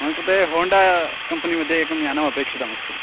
मम कृते होण्डा कम्पनिमध्ये एकं यानम् अपेक्षितम् अस्ति